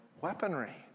weaponry